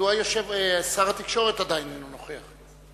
מדוע שר התקשורת עדיין איננו נוכח?